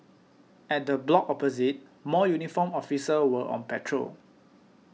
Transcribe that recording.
at the block opposite more uniformed officers were on patrol